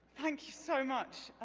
thank you so much.